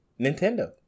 Nintendo